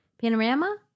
panorama